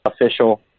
official